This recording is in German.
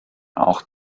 auch